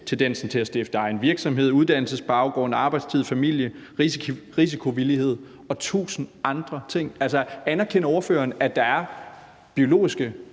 tendensen til at stifte egen virksomhed, uddannelsesbaggrund, arbejdstid, familie, risikovillighed og tusind andre ting? Anerkender ordføreren, at der –